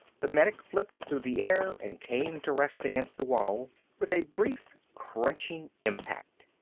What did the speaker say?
the medic flipped through the air and came to rest against the wall with a brief crunching impact.